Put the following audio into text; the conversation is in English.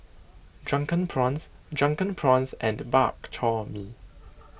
Drunken Prawns Drunken Prawns and Bak Chor Mee